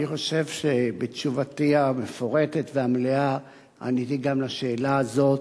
אני חושב שבתשובתי המפורטת והמלאה עניתי גם על השאלה הזאת.